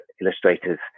illustrators